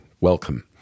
welcome